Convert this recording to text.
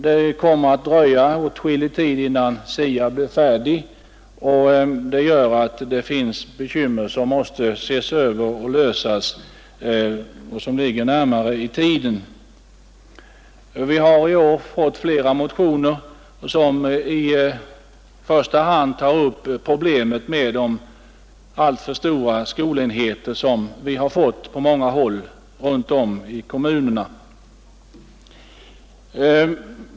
Det kommer att dröja åtskillig tid innan SIA blir färdig, och det medför att en del problem måste angripas och lösas dessförinnan. Vi har i år fått flera motioner, som i första hand tar upp problemet med de alltför stora skolenheter som byggts upp på många håll ute i kommunerna.